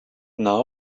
now